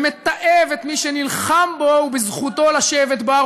ומתעב את מי שנלחם בו ובזכותו לשבת בה,